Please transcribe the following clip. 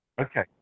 Okay